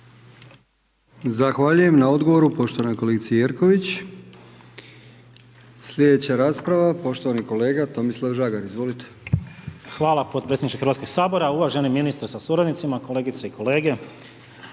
Zahvaljujem na odgovoru poštovanoj kolegi Jerković. Slijedeća rasprava poštovani kolega Tomislav Žagar, izvolite. **Žagar, Tomislav (Nezavisni)** Hvala potpredsjedniče Hrvatskog sabora. Uvaženi ministre s suradnicima, kolegice i kolege.